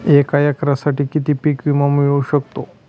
एका एकरसाठी किती पीक विमा मिळू शकतो?